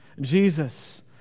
Jesus